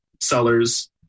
sellers